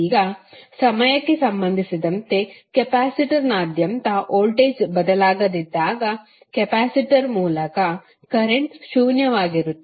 ಈಗ ಸಮಯಕ್ಕೆ ಸಂಬಂಧಿಸಿದಂತೆ ಕೆಪಾಸಿಟರ್ನಾದ್ಯಂತ ವೋಲ್ಟೇಜ್ ಬದಲಾಗದಿದ್ದಾಗ ಕೆಪಾಸಿಟರ್ ಮೂಲಕ ಕರೆಂಟ್ ಶೂನ್ಯವಾಗಿರುತ್ತದೆ